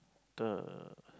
the